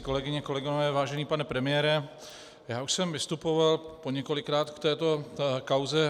Kolegyně, kolegové, vážený pane premiére, já už jsem vystupoval několikrát k této kauze.